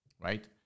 Right